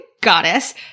goddess